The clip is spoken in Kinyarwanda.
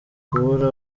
kubura